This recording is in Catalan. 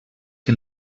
que